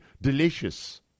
delicious